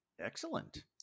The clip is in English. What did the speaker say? Excellent